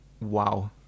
Wow